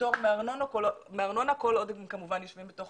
פטור מארנונה כל עוד הן כמובן יושבים בתוך